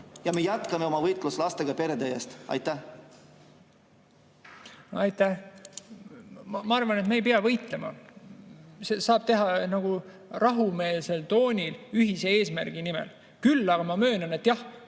Ja me jätkame oma võitlust lastega perede eest. Aitäh! Ma arvan, et me ei pea võitlema. Saab teha nagu rahumeelsel moel ühise eesmärgi nimel. Küll aga ma möönan, et jah,